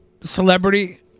celebrity